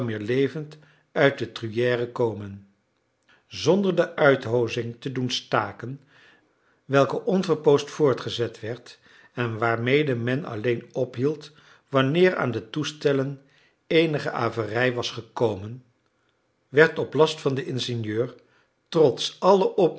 meer levend uit de truyère komen zonder de uithoozing te doen staken welke onverpoosd voortgezet werd en waarmede men alleen ophield wanneer aan de toestellen eenige averij was gekomen werd op last van den ingenieur trots alle